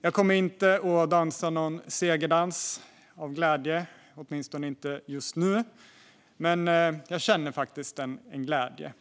Jag kommer inte att dansa någon segerdans av glädje, åtminstone inte just nu. Men jag känner faktiskt en glädje.